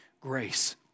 grace